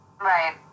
Right